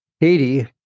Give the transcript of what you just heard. Katie